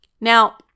Now